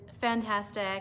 fantastic